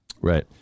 Right